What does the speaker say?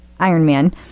Ironman